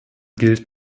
gilt